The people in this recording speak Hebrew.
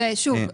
שוב,